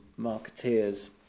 marketeers